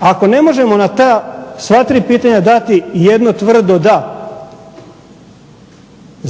Ako ne možemo na ta sva tri pitanja dati jedno tvrdo da,